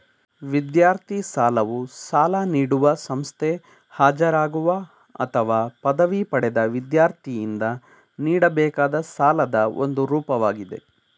ವಿದ್ಯಾರ್ಥಿ ಸಾಲವು ಸಾಲ ನೀಡುವ ಸಂಸ್ಥೆ ಹಾಜರಾಗುವ ಅಥವಾ ಪದವಿ ಪಡೆದ ವಿದ್ಯಾರ್ಥಿಯಿಂದ ನೀಡಬೇಕಾದ ಸಾಲದ ಒಂದು ರೂಪವಾಗಿದೆ